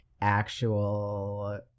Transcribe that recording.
actual